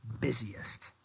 busiest